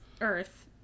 Earth